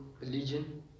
religion